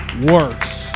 works